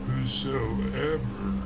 Whosoever